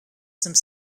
some